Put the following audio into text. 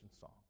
song